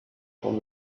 from